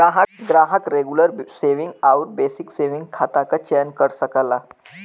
ग्राहक regular saving आउर basic saving खाता क चयन कर सकला